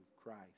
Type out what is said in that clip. Christ